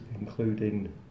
including